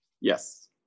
Yes